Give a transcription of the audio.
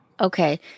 Okay